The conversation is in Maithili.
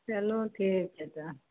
चलू ठीक छै तऽ